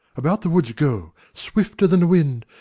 about the wood go swifter than the wind,